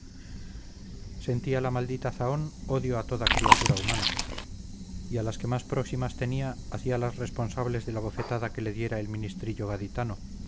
sentía la maldita zahón odio a toda criatura humana y a las que más próximas tenía hacíalas responsables de la bofetada que le diera el ministrillo gaditano